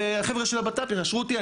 והחבר'ה של הבט"פ יאשרו אותי,